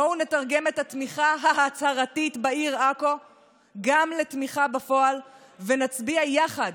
בואו נתרגם את התמיכה ההצהרתית בעיר עכו לתמיכה בפועל ונצביע יחד